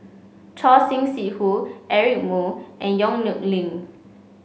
Choor Singh Sidhu Eric Moo and Yong Nyuk Lin